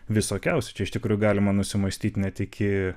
visokiausių čia iš tikrųjų galima nusimąstyt net iki